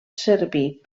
servir